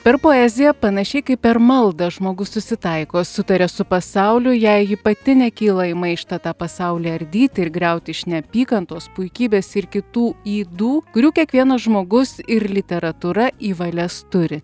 per poeziją panašiai kaip per maldą žmogus susitaiko sutaria su pasauliu jei ji pati nekyla į maištą tą pasaulį ardyti ir griauti iš neapykantos puikybės ir kitų ydų kurių kiekvienas žmogus ir literatūra į valias turi